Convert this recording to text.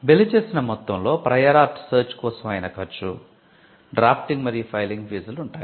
bill చేసిన మొత్తంలో prior art search కోసం అయిన ఖర్చు డ్రాఫ్టింగ్ మరియు ఫైలింగ్ ఫీజులు ఉంటాయి